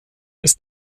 ist